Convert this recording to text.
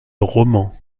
roman